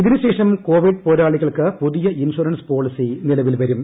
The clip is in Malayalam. ഇതിനുശേഷം കോവിഡ് പോരാളികൾക്ക് പ്പുതിയ ഇൻഷറൻസ് പോളിസി നിലവിൽ വരും